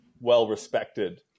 well-respected